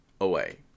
away